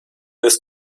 ist